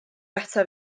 ataf